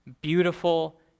Beautiful